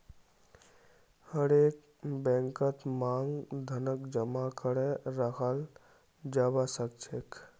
हरेक बैंकत मांग धनक जमा करे रखाल जाबा सखछेक